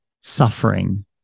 suffering